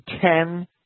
ten